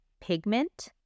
pigment